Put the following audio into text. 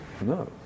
no